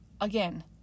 Again